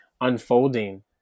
unfolding